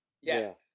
Yes